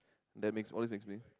that makes always makes me